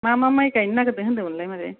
मा मा माइ गायनो नागेरदों होन्दोंमोनलाय मादै